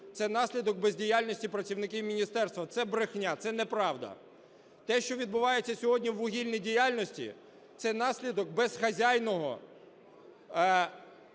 це наслідок бездіяльності працівників міністерства, це брехня, це неправда. Те, що відбувається сьогодні в вугільні діяльності, – це наслідок безхазяйного